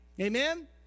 amen